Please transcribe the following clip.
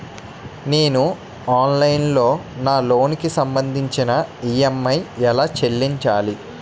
నేను ఆన్లైన్ లో నా లోన్ కి సంభందించి ఈ.ఎం.ఐ ఎలా చెల్లించాలి?